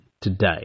today